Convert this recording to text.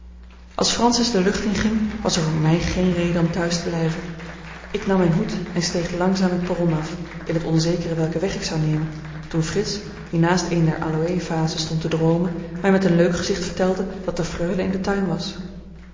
als francis de lucht in ging was er voor mij geen reden om thuis te blijven ik nam mijn hoed en steeg langzaam het perron af in t onzekere welken weg ik zou nemen toen frits die naast een der aloë vazen stond te droomen mij met een leuk gezicht vertelde dat de freule in den tuin was